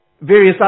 various